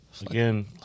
Again